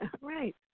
Right